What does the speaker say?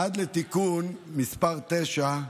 עד לתיקון מס' 9,